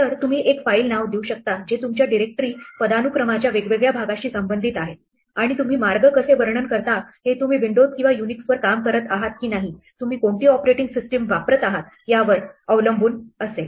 तर तुम्ही एक फाईल नाव देऊ शकता जे तुमच्या डिरेक्टरी पदानुक्रमाच्या वेगवेगळ्या भागाशी संबंधित आहे आणि तुम्ही मार्ग कसे वर्णन करता हे तुम्ही विंडोज किंवा युनिक्सवर काम करत आहात की नाही तुम्ही कोणती ऑपरेटिंग सिस्टम वापरत आहात यावर अवलंबून असेल